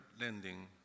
lending